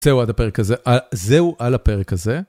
זהו עד הפרק הזה, זהו על הפרק הזה.